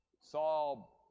Saul